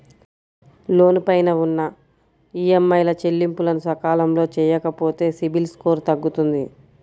లోను పైన ఉన్న ఈఎంఐల చెల్లింపులను సకాలంలో చెయ్యకపోతే సిబిల్ స్కోరు తగ్గుతుంది